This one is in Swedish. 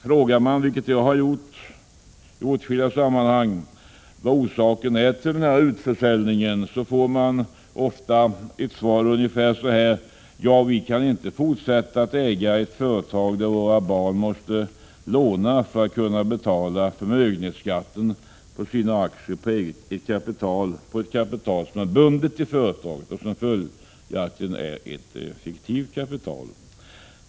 Frågar man om orsaken till denna utförsäljning, får man ofta svaret: Vi kan inte fortsätta att äga ett företag där våra barn måste låna för att kunna betala förmögenhetsskatten på sina aktier, på ett kapital som är bundet i företaget och som följaktligen är ett fiktivt kapital.